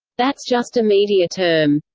that's just a media term.